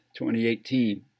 2018